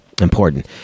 important